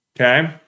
Okay